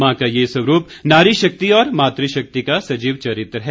मां का यह स्वरूप नारी शक्ति और मातृशक्ति का सजीव चरित्र है